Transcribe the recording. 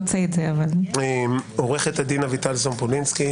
עו"ד אביטל סומפולינסקי,